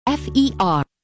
F-E-R